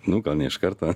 nu gal ne iš karto